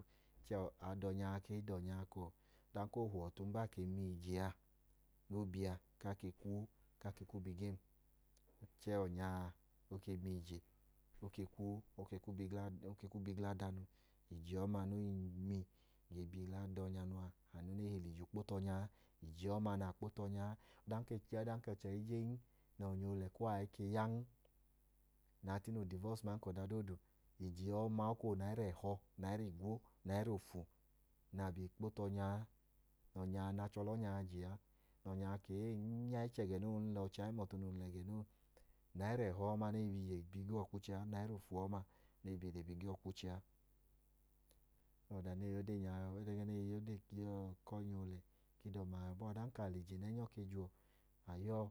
Chẹẹ ada ọnya a ke i da ọnya a ka ọdanka o huwọ ọtu, ng ba ke miyẹ ije a, kaa kwu bi gem. Chẹẹ, o ke miyẹ ije, o ke kwuu, o ke kwuu bi ge lẹ ada nu. Ije ọma ne i bi i le bi ge lẹ ada ọnya a, anu nege hi lẹ ije okpo tu ọnya a. Ọdanka ọchẹ i jen nẹ ọnya oolẹ kuwọ a i ke yan, nẹ a tine oodivọsi, aman ka ọda doodu, ije ọma, ọdanka o koo wẹ unaira ẹhọ, unaira igwo aman ka unaira ofu na a je kpo tu ọnya a, nẹ achẹ ọlẹ ọnya a je a, nẹ ọnya a ka ehee, ng ya ichẹ gẹ noo, ọchẹ a i hum ọtu gẹnoo, unaira ẹhọ ọma nẹ e ge le bi ge lẹ uwọ kwu che a, unaira ofu ọma, ne i bi ge ọ kwu che a. Ọda ne i ya ode, ẹgẹẹ ne i ya ode ku ọnya oolẹ ku idọma a. Ọdanka a lẹ ije nẹ ẹnyọ ke jẹ uwọ, a ya ọọ.